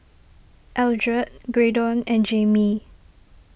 Eldred Graydon and Jaimee